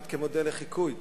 כמעט כמודל לחיקוי.